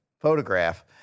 photograph